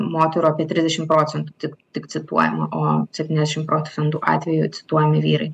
moterų apie trisdešim procentų tik tik cituojama o septyniasdešim procentų atvejų cituojami vyrai